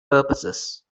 purposes